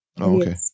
Okay